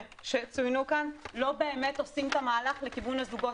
שצוינו כאן לא באמת עושים את המהלך לכיוון הזוגות.